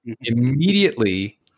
immediately